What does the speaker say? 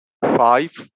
five